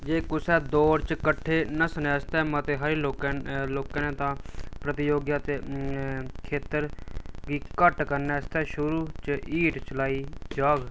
जे कुसै दौड़ च कट्ठे नह्स्सने आस्तै मते हारे लोकें लोकें ने तां प्रतियोगिता खेतर गी घट्ट करने आस्तै शुरू च हीट चलाई जाह्ग